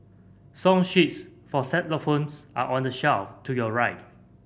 song sheets for xylophones are on the shelf to your right